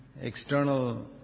external